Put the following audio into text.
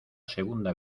segunda